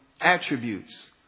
Attributes